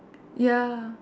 ya